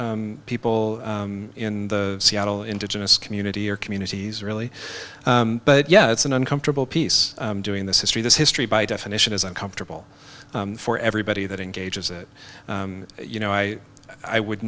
people in the seattle indigenous community or communities really but yeah it's an uncomfortable piece doing this history this history by definition is uncomfortable for everybody that engages it you know i i would